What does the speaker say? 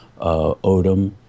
odom